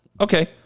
Okay